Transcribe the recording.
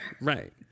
Right